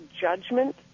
judgment